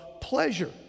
pleasure